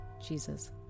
Jesus